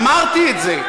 אמרתי את זה,